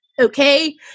okay